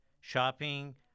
shopping